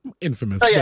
infamous